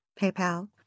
PayPal